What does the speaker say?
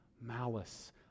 malice